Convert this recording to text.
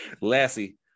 Lassie